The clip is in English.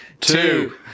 two